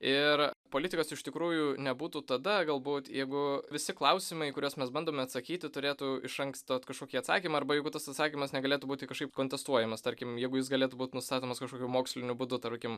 ir politikos iš tikrųjų nebūtų tada galbūt jeigu visi klausimai kuriuos mes bandome atsakyti turėtų iš anksto kažkokį atsakymą arba jeigu tas atsakymas negalėtų būti kažkaip kontestuojamas tarkim jeigu jis galėtų būt nustatomas kažkokiu moksliniu būdu tarkim